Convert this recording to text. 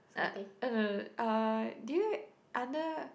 uh oh no no uh do you under